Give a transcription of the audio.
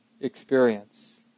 experience